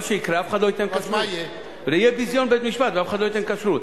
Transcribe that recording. מה שיקרה, אף אחד לא ייתן כשרות.